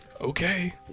Okay